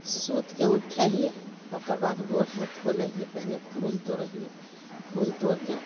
सुतिके उठै हिए ओकर बाद गोड़ हाथ धो लै हिए पहिले फूल तोड़ै हिए फूल तोड़िके